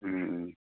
उम उम